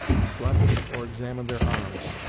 slept, or examined their arms.